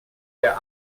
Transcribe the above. der